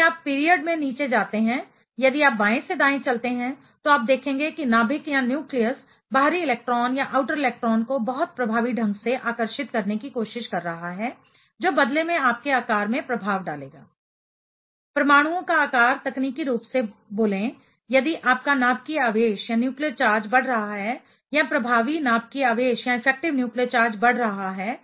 यदि आप पीरियड् में नीचे जाते हैं यदि आप बाएं से दाएं चलते हैं तो आप देखेंगे कि नाभिक न्यूक्लियस बाहरी इलेक्ट्रॉन को बहुत प्रभावी ढंग से आकर्षित करने की कोशिश कर रहा है जो बदले में आपके आकार में प्रभाव पड़ेगा परमाणुओं का आकार तकनीकी रूप से बोले यदि आपका नाभिकीय आवेश न्यूक्लियर चार्ज बढ़ रहा है या प्रभावी नाभिकीय आवेश इफेक्टिव न्यूक्लियर चार्ज बढ़ रहा है